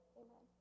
amen